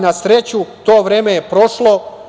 Na sreću to vreme je prošlo.